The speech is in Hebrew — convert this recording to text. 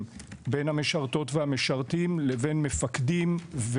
בין המשרתות והמשרתים לבין מפקדים,